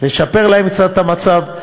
לשפר להם קצת את המצב.